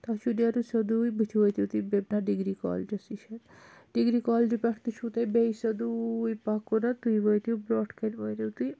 تۄہہِ چھُو نیرُن سیٚودُے بٕتھہِ وٲتِو تُہۍ بیٚمِنا ڈِگرِی کالجَس نِش ڈِگرِی کالِجہِ پؠٹھ تہِ چھُو تۄہہِ بیٚیہِ سیٚودے پَکُن تُہۍ وٲتِو برونٛتھ کَنۍ وٲتِو تُہۍ